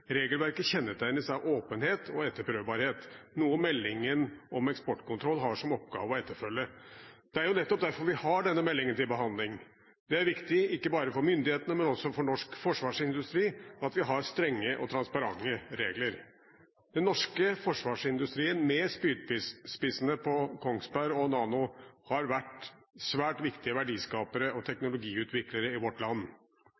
Regelverket kjennetegnes av åpenhet og etterprøvbarhet, noe meldingen om eksportkontroll har som oppgave å følge opp. Det er nettopp derfor vi har denne meldingen til behandling. Det er viktig, ikke bare for myndighetene, men også for norsk forsvarsindustri, at vi har strenge og transparente regler. Den norske forsvarsindustrien med spydspissene på Kongsberg og ved Nammo har vært svært viktige verdiskapere og teknologiutviklere i vårt land.